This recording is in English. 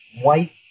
white